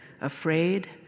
afraid